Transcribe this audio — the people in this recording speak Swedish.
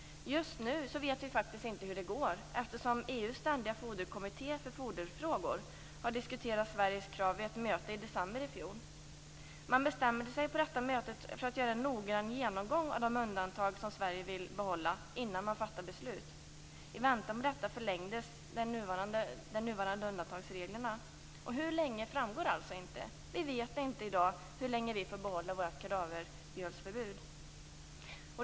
Just nu vet vi faktiskt inte hur det går, eftersom EU:s ständiga foderkommitté för foderfrågor har diskuterat Sveriges krav vid ett möte i december i fjol. Man bestämde sig då för att göra en noggrann genomgång av de undantag som Sverige vill behålla innan man fattar beslut. I väntan på detta förlängdes de nuvarande undantagsreglerna. Hur länge de skall gälla framgår alltså inte. Vi vet i dag inte hur länge vi får behålla vårt förbud mot kadavermjöl.